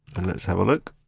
and let's have a look.